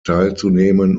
teilzunehmen